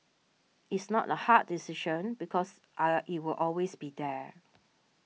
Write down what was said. it's not the hard decision because I'll it will always be there